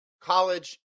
college